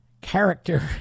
character